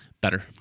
Better